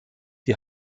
die